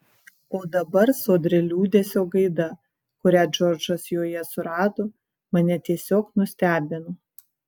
o dabar sodri liūdesio gaida kurią džordžas joje surado mane tiesiog nustebino